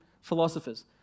philosophers